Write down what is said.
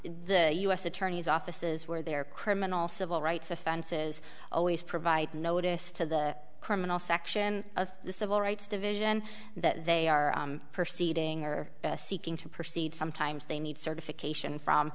the u s attorney's offices where there are criminal civil rights offenses always provide notice to the criminal section of the civil rights division that they are perceiving or seeking to proceed sometimes they need certification from